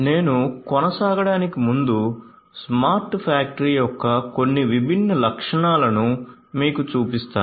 నేను కొనసాగడానికి ముందు స్మార్ట్ ఫ్యాక్టరీ యొక్క కొన్ని విభిన్న లక్షణాలను మీకు చూపిస్తాను